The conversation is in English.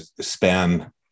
span